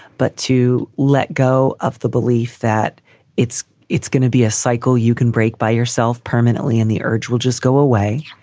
but to let go of the belief that it's it's going to be a cycle, you can break by yourself permanently permanently and the urge will just go away.